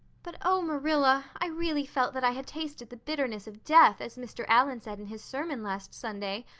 but, oh, marilla, i really felt that i had tasted the bitterness of death, as mr. allan said in his sermon last sunday,